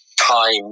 time